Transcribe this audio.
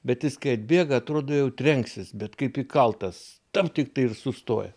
bet jis kai atbėga atrodo jau trenksis bet kaip įkaltas tap tiktai ir sustoja